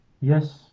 Yes